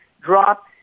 drop